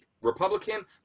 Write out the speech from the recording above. Republican